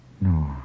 No